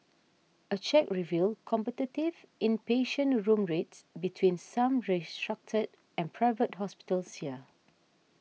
a check revealed competitive inpatient room rates between some restructured and Private Hospitals here